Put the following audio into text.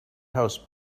house